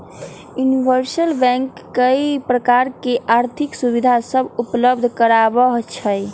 universal bank कय प्रकार के आर्थिक सुविधा सभ उपलब्ध करबइ छइ